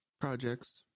projects